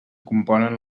componen